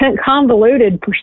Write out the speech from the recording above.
convoluted